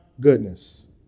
goodness